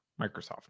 Microsoft